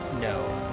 no